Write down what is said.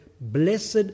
Blessed